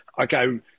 okay